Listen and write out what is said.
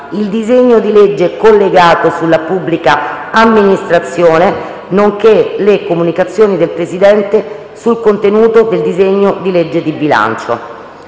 il disegno di legge collegato sulla pubblica amministrazione, nonché le comunicazioni del Presidente sul contenuto del disegno di legge di bilancio.